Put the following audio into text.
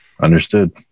Understood